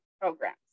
Programs